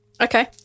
Okay